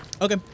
Okay